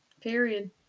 Period